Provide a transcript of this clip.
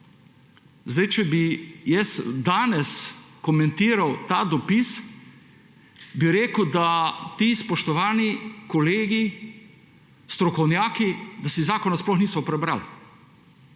Židan, če bi jaz danes komentiral ta dopis, bi rekel, da ti spoštovani kolegi, strokovnjaki, si zakona sploh niso prebrali.